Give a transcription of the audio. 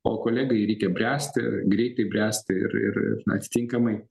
o kolegai reikia bręsti greitai bręsti ir ir atitinkamai